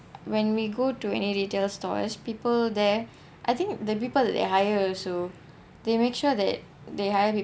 when we go to any retail stores people there I think the people that they hire so they make sure that they hire people